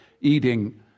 eating